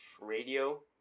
radio